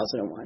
2001